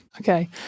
Okay